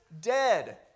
dead